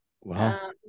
Wow